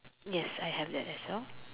yes I have that as well